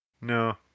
No